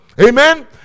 Amen